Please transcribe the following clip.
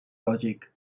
lògic